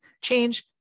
Change